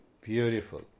Beautiful